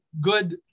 good